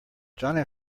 john